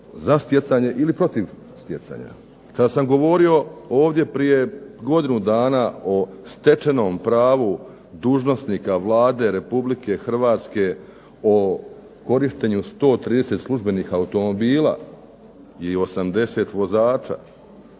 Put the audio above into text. za stjecanje ili protiv stjecanja. Kada sam govorio ovdje prije godinu dana o stečenom pravu dužnosnika Vlade Republike Hrvatske o korištenju 130 službenih automobila i 80 vozača,